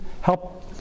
help